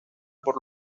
por